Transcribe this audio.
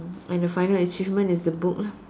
and the final achievement is the book lah